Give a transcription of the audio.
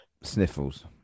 sniffles